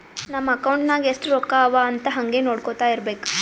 ನಮ್ ಅಕೌಂಟ್ ನಾಗ್ ಎಸ್ಟ್ ರೊಕ್ಕಾ ಅವಾ ಅಂತ್ ಹಂಗೆ ನೊಡ್ಕೊತಾ ಇರ್ಬೇಕ